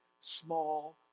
small